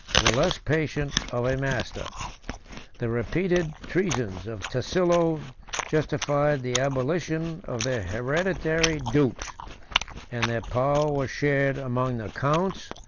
were less patient of a master the repeated treasons of tasillo justified the abolition of their hereditary dukes and their power was shared among the counts,